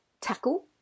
tackle